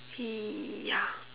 ya